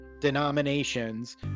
denominations